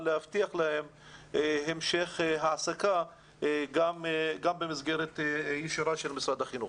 להבטיח להם המשך העסקה גם במסגרת הישירה של משרד החינוך.